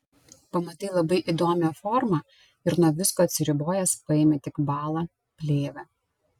pamatai labai įdomią formą ir nuo visko atsiribojęs paimi tik balą plėvę